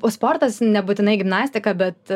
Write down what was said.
o sportas nebūtinai gimnastika bet